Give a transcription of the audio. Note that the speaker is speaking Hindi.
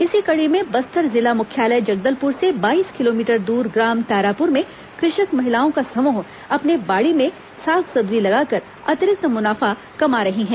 इसी कड़ी में बस्तर जिला मुख्यालय जगदलपुर से बाईस किलोमीटर दूर ग्राम तारापुर में कृषक महिलाओं का समूह अपने बाड़ी में साग सब्जी लगाकर अतिरिक्त मुनाफा कमा रही हैं